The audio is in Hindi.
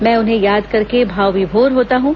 मैं उन्हें याद करके भावविभोर होता हूं